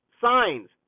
signs